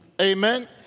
Amen